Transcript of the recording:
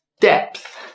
depth